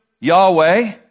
Yahweh